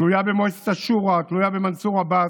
תלויה במועצת השורא, תלויה במנסור עבאס,